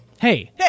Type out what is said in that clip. Hey